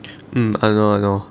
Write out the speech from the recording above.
mm !hannor! !hannor!